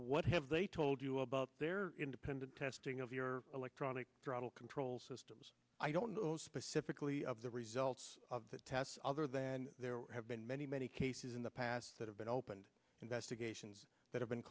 what have they told you about their independent testing of your electronic throttle control systems i don't know specifically of the results of that test other than there have been many many cases in the past that have been opened investigations that have been